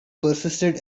persisted